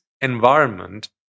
environment